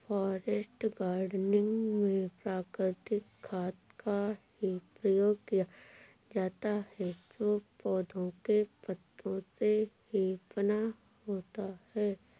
forest gardening में प्राकृतिक खाद का ही प्रयोग किया जाता है जो पौधों के पत्तों से ही बना होता है